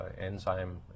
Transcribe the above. enzyme